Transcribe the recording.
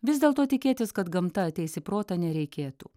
vis dėlto tikėtis kad gamta ateis į protą nereikėtų